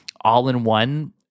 all-in-one